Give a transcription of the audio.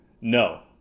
No